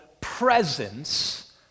presence